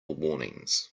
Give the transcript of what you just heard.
warnings